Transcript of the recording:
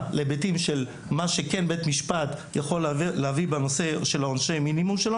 להיבטים מה בית משפט יכול לעשות בהיבטים של עונשי מינימום.